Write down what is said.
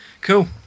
Cool